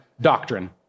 doctrine